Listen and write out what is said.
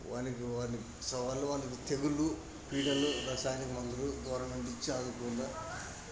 వానికి వానికి సవాళ్లు వాళ్ళు తెగుళ్లు పీటర్లు రసాయని మందులు గవర్నమెంట్ ఇచ్చి ఆదుకుందా